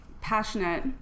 passionate